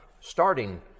Starting